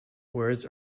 words